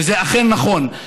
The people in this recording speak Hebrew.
וזה אכן נכון.